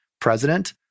president